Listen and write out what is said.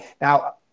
Now